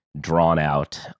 drawn-out